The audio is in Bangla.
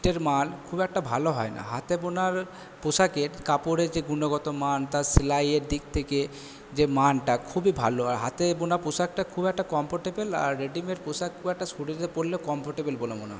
ছিটের মান খুব একটা ভালো হয় না হাতে বোনার পোশাকের কাপড়ে যে গুণগত মান তার সেলাইয়ের দিক থেকে যে মানটা খুবই ভালো আর হাতে বোনা পোশাকটা খুব একটা কমফোর্টেবল আর রেডিমেড পোশাক খুব একটা শরীরে পরলে কমফর্টেবল বলে মনে হয় না